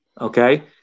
Okay